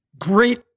great